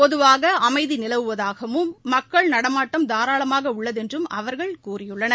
பொதுவாகஅமைதிநிலவுவதாகவும் மக்கள் நடமாட்டம் தாரளமாகஉள்ளதென்றும் அவர்கள் கூறியுள்ளனர்